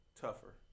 tougher